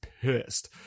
pissed